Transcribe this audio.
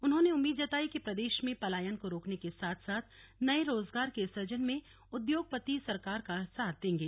उन्होंने उम्मीद जताई कि प्रदेश में पलायन को रोकने के साथ साथ नए रोजगार के सुजन में उद्योगपति सरकार का साथ देंगे